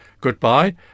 goodbye